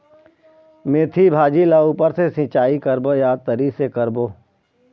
मेंथी भाजी ला ऊपर से सिचाई करबो या तरी से करबो?